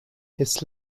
his